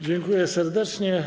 Dziękuję serdecznie.